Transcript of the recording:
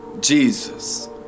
Jesus